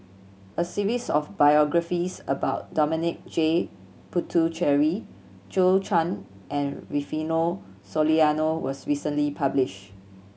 a series of biographies about Dominic J Puthucheary Zhou Chan and Rufino Soliano was recently published